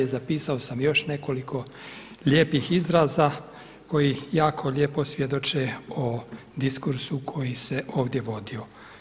Zapisao sam još nekoliko lijepih izraza koji jako lijepo svjedoče o diskursu koji se ovdje vodio.